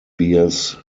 bears